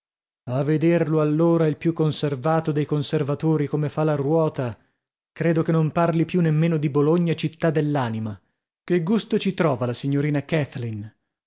a vederlo allora il più conservato dei conservatori come fa la ruota credo che non parli più nemmeno di bologna città dell'anima che gusto ci trova la signorina kathleen